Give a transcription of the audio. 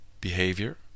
behavior